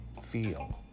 feel